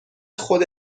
خود